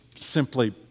simply